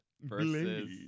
versus